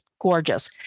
gorgeous